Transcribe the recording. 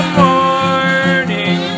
morning